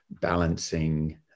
balancing